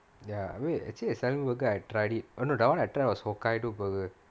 ya wait actually the salmon burger I tried it oh no the [one] I tried was hokkaido burger